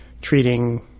treating